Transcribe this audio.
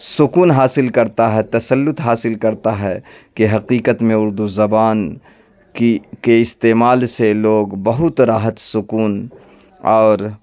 سکون حاصل کرتا ہے تسلط حاصل کرتا ہے کہ حقیقت میں اردو زبان کی کے استعمال سے لوگ بہت راحت سکون اور